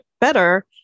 better